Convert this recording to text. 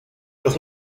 los